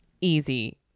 easy